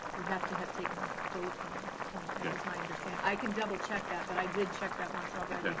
you have to have taken a vote on the appointment, that is my understanding. i can double check that, but i did check that once already.